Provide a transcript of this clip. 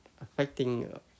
affecting